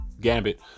gambit